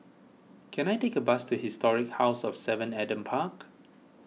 can I take a bus to Historic House of Seven Adam Park